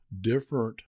different